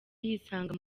yisanga